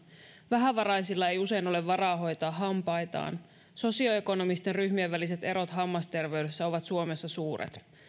vähävaraisilla ei usein ole varaa hoitaa hampaitaan sosioekonomisten ryhmien väliset erot hammasterveydessä ovat suomessa suuret